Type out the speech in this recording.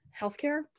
healthcare